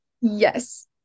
yes